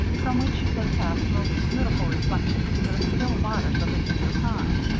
from which they cast most beautiful reflections into the still waters of the cinder pond.